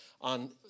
on